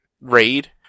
raid